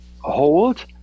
hold